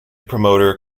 promoter